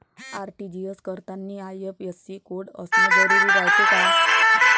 RTGS करतांनी IFSC code असन जरुरी रायते का?